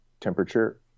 temperature